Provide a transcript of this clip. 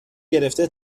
گرفته